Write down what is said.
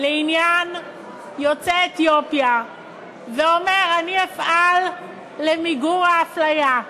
לעניין יוצאי אתיופיה ואומר: אני אפעל למיגור האפליה.